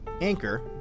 Anchor